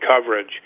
coverage